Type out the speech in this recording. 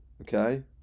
okay